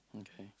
okay